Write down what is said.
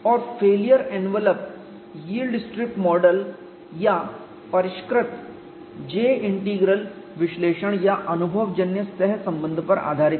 और failure envelope yield strip model या परिष्कृत J इंटीग्रल विश्लेषण या अनुभवजन्य सहसंबंध पर आधारित है